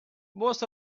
most